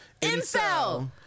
Incel